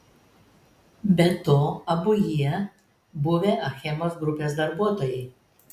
be to abu jie buvę achemos grupės darbuotojai